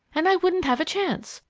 and i wouldn't have a chance.